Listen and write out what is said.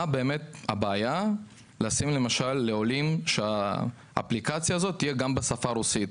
מה באמת הבעיה לשים לעולים שהאפליקציה הזאת תהיה גם בשפה הרוסית,